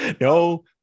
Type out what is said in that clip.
no